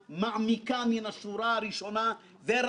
והפרדה בין נושא היציבות לבין נושא התחרות.